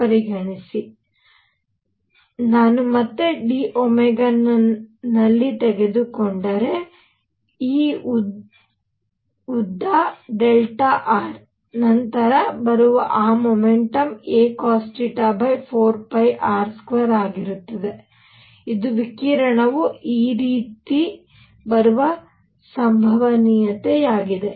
ಆದ್ದರಿಂದ ನಾನು ಮತ್ತೆ d ನಲ್ಲಿ ತೆಗೆದುಕೊಂಡರೆ ಈ ಉದ್ದ r ನಂತರ ಬರುವ ಆ ಮೊಮೆಂಟಮ್ acosθ4π r2 ಆಗಿರುತ್ತದೆ ಇದು ವಿಕಿರಣವು ಈ ರೀತಿ ಬರುವ ಸಂಭವನೀಯತೆಯಾಗಿದೆ